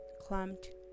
clamped